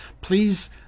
please